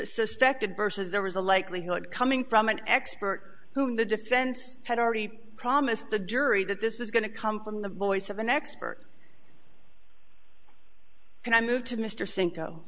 suspected versus there was a likelihood coming from an expert whom the defense had already promised the jury that this was going to come from the voice of an expert and i moved to mr cinco